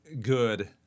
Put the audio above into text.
good